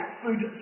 food